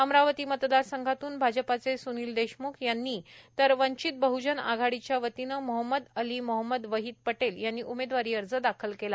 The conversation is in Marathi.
अमरावती मतदारसंघातून भाजपाचे सूनिल देशमूख यांनी तर वंचित बहजन आघाडीच्या वतीनं मोहम्मदी अली मोहम्मद वहीद पटेल यांनी उमेदवारी अर्ज दाखील केला